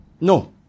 No